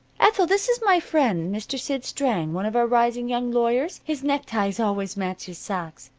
ethel, this is my friend, mr. sid strang, one of our rising young lawyers. his neckties always match his socks.